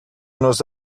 nos